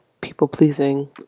people-pleasing